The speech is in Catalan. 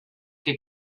que